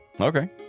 Okay